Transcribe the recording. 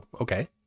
okay